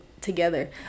together